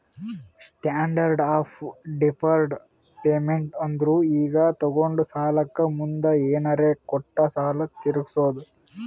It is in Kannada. ಸ್ಟ್ಯಾಂಡರ್ಡ್ ಆಫ್ ಡಿಫರ್ಡ್ ಪೇಮೆಂಟ್ ಅಂದುರ್ ಈಗ ತೊಗೊಂಡ ಸಾಲಕ್ಕ ಮುಂದ್ ಏನರೇ ಕೊಟ್ಟು ಸಾಲ ತೀರ್ಸೋದು